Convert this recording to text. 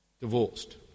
divorced